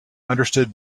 understood